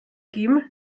geben